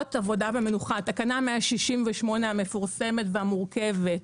שעות עבודה ומנוחה, תקנה 168 המפורסמת והמורכבת.